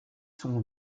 sont